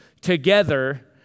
together